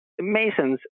masons